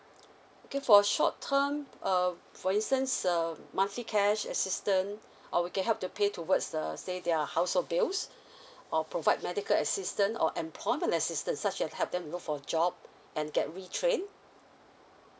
okay for short term err for instance err monthly cash assistant or we can help to pay towards the say their household bills or provide medical assistant or employment assistance such as help them to look for job and get retrain